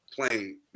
playing